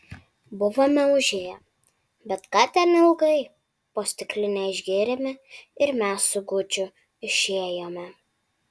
buvome užėję bet ką ten ilgai po stiklinę išgėrėme ir mes su guču išėjome